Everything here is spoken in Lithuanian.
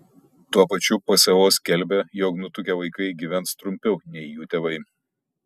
tuo pačiu pso skelbia jog nutukę vaikai gyvens trumpiau nei jų tėvai